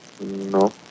No